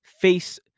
face